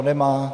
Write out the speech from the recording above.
Nemá.